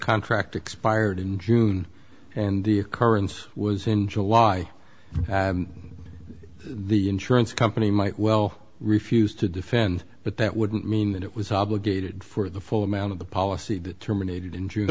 contract expired in june and the occurrence was in july the insurance company might well refuse to defend but that wouldn't mean that it was obligated for the full amount of the policy that terminated in jun